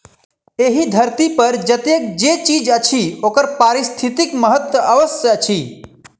एहि धरती पर जतेक जे चीज अछि ओकर पारिस्थितिक महत्व अवश्य अछि